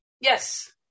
yes